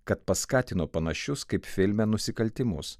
kad paskatino panašius kaip filme nusikaltimus